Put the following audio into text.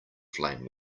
flame